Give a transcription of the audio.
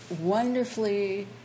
wonderfully